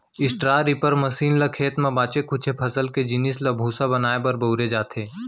straw reaper machine ल खेत म बाचे खुचे फसल के जिनिस ल भूसा बनाए बर बउरे जाथे